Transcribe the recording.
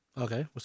Okay